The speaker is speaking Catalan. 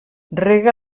rega